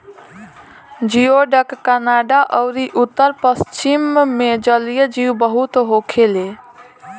जियोडक Canada अउरी उत्तर पश्चिम मे जलीय जीव बहुत होखेले